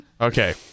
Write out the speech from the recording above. Okay